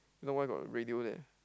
if not why got radio there